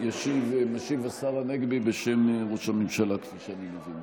משיב השר הנגבי בשם ראש הממשלה, כפי שאני מבין.